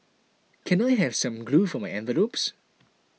can I have some glue for my envelopes